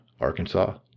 Arkansas